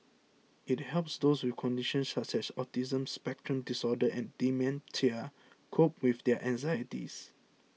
it helps those with conditions such as autism spectrum disorder and dementia cope with their anxieties